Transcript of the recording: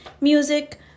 music